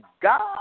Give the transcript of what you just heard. God